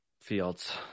Fields